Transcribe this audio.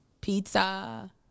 Pizza